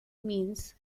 means